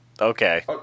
Okay